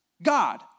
God